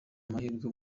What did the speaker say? amahirwe